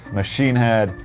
machine head,